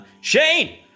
Shane